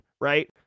right